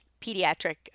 pediatric